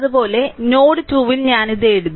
അതുപോലെ നോഡ് 2 ൽ ഞാൻ ഇത് എഴുതി